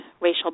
racial